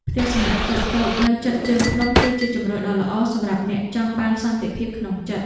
ផ្ទះសំណាក់តូចៗនៅជិតជើងភ្នំ គឺជាជម្រើសដ៏ល្អសម្រាប់អ្នកចង់បានសន្តិភាពក្នុងចិត្ត។